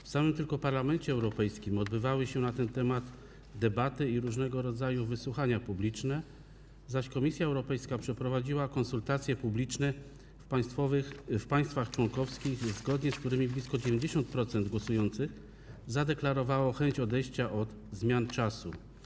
W samym tylko Parlamencie Europejskim odbywały się na ten temat debaty i różnego rodzaju wysłuchania publiczne, zaś Komisja Europejska przeprowadziła konsultacje publiczne w państwach członkowskich, zgodnie z którymi blisko 90% głosujących zadeklarowało chęć odejścia od zmian czasu.